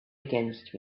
against